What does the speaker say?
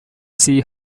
see